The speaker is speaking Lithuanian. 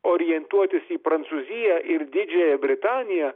orientuotis į prancūziją ir didžiąją britaniją